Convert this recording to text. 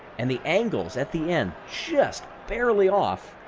and the angles at the end, just barely off.